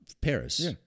Paris